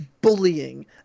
bullying